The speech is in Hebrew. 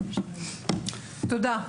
תודה.